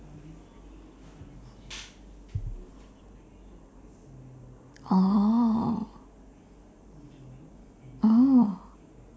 oh oh